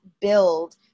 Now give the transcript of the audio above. build